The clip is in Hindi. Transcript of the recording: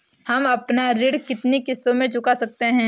हम अपना ऋण कितनी किश्तों में चुका सकते हैं?